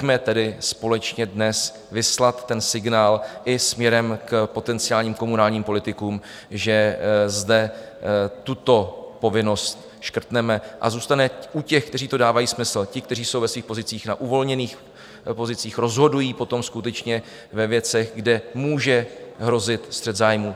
Pojďme tedy společně dnes vyslat ten signál i směrem k potenciálním komunálním politikům, že zde tuto povinnost škrtneme a zůstane u těch, u kterých to dává smysl, těch, kteří jsou ve svých pozicích na uvolněných pozicích, rozhodují potom skutečně ve věcech, kde může hrozit střet zájmů.